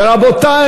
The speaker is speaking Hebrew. ורבותי,